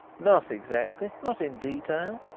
not exactly not in detail,